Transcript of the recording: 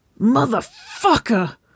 Motherfucker